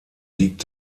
liegt